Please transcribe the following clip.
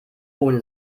ohne